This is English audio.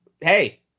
Hey